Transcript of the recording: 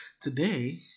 today